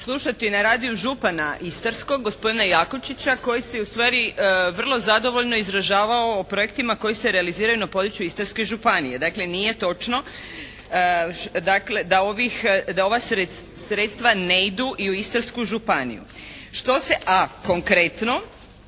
slušati na radiju župana istarskog gospodina Jakovčića koji se ustvari vrlo zadovoljno izražavao o projektima koji se realiziraju na području Istarske županije. Dakle nije točno da ova sredstva ne idu i u Istarsku županiju, a konkretno